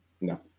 No